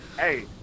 hey